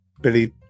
Billy